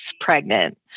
pregnant